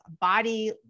body